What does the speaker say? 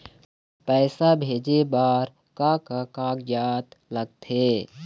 पैसा भेजे बार का का कागजात लगथे?